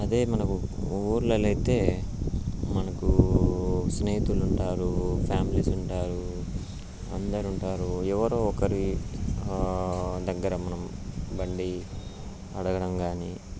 అదే మనకు ఊళ్ళో అయితే మనకూ స్నేహితులు ఉంటారు ఫ్యామిలీస్ అందరూ ఉంటారు ఎవరో ఒకరి దగ్గర మనం బండి అడగడం కానీ